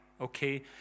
okay